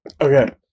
Okay